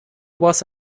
was